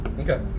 Okay